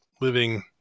living